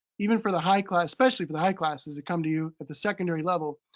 even for the high class, especially for the high classes that come to you at the secondary level,